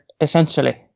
essentially